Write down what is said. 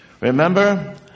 Remember